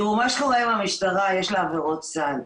מה שקורה עם המשטרה, יש לה עבירות סל.